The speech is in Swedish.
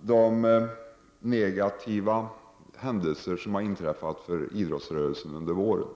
de för idrottsrörelsen negativa händelser som inträffat under våren.